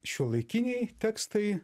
šiuolaikiniai tekstai